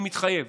אני מתחייב,